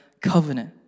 covenant